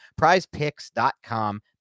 prizepicks.com